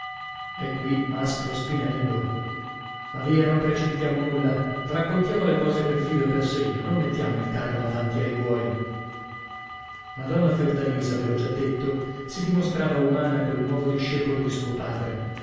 e qui mastro spinello ma via non precipitiamo nulla raccontiamo le cose per filo e per segno non mettiamo il carro avanti ai buoi madonna fiordalisa ve l'ho già detto si dimostrava umana col nuovo discepolo dì suo padre